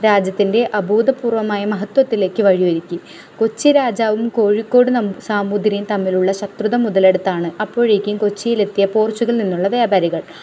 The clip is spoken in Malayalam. രാജ്യത്തിൻ്റെ അഭൂതപൂര്വമായ മഹത്വത്തിലേക്ക് വഴിയൊരുക്കി കൊച്ചി രാജാവും കോഴിക്കോട് സാമൂതിരിയും തമ്മിലുള്ള ശത്രുത മുതലെടുത്താണ് അപ്പോഴേക്കും കൊച്ചിയിലെത്തിയ പോർച്ചുഗിൽനിന്നുള്ള വ്യാപാരികൾ